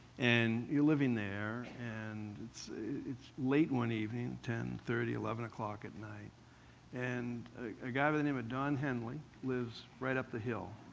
and you're living there, and it's it's late one evening ten thirty, eleven o'clock at night and a guy by the name of don henley lives right up the hill,